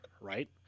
right